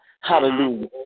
Hallelujah